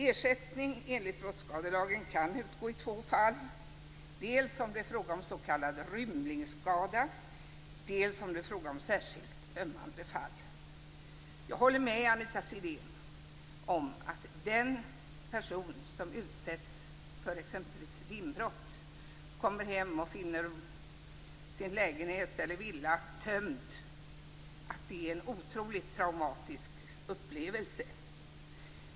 Ersättning enligt brottskadelagen kan utgå i två fall, dels om det är fråga om s.k. rymlingsskada, dels om det är fråga om särskilt ömmande fall. Jag håller med Anita Sidén om att det är en otroligt traumatisk upplevelse för den person som utsätts för t.ex. inbrott och kommer hem och finner sin lägenhet eller villa tömd.